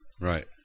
Right